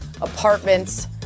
apartments